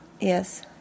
Yes